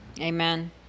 Amen